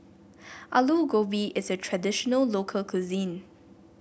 Aloo Gobi is a traditional local cuisine